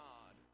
God